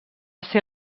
ser